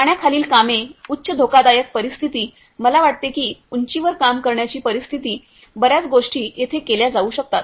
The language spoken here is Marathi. पाण्याखालील कामे उच्च धोकादायक परिस्थिती मला वाटते की उंचीवर काम करण्याची परिस्थिती बर्याच गोष्टी येथे केल्या जाऊ शकतात